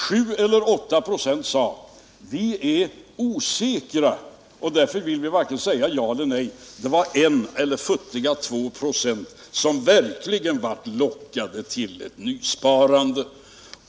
7 eller 8 96 sade: ”Vi är osäkra och därför vill vi varken säga ja eller nej.” Det var I eller futtiga 2 96 som verkligen var lockade till ett nysparande.